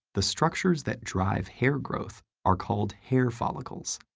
the structures that drive hair growth are called hair follicles,